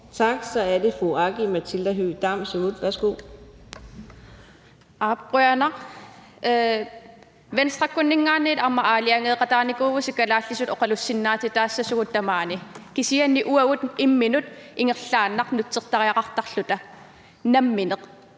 Tak. Så er det fru Aki-Matilda Høegh-Dam, Siumut. Værsgo.